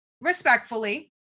respectfully